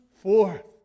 forth